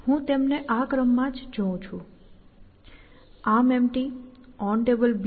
હું તેમને આ ક્રમમાં જ જોઉં છું ArmEmpty OnTable અને Clear